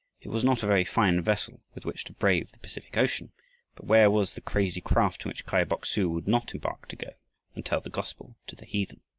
it was not a very fine vessel with which to brave the pacific ocean, but where was the crazy craft in which kai bok-su would not embark to go and tell the gospel to the heathen?